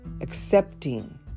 accepting